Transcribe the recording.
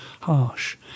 harsh